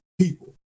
people